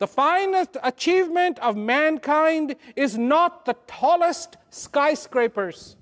the finest achievement of mankind is not the tallest skyscrapers